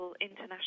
international